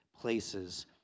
places